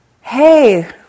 Hey